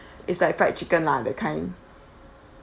it's like fried chicken lah that kind